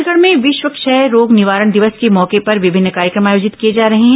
छत्तीसगढ में विश्व क्षय रोग निवारण दिवस के मौके पर विभिन्न कार्यक्रम आयोजित किए जा रहे हैं